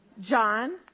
John